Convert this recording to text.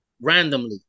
randomly